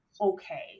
okay